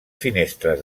finestres